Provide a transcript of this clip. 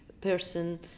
person